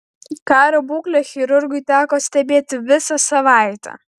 kario būklę chirurgui teko stebėti visą savaitę